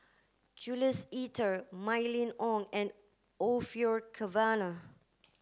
Jules Itier Mylene Ong and Orfeur Cavenagh